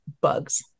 bugs